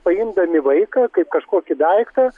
paimdami vaiką kaip kažkokį daiktą